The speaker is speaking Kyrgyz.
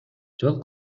жол